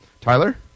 Tyler